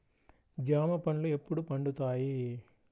జామ పండ్లు ఎప్పుడు పండుతాయి?